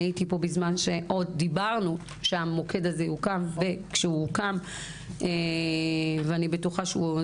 הייתי פה בזמן שרק דברנו שהמוקד הזה יוקם ואני יודעת שמדובר